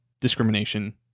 discrimination